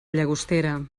llagostera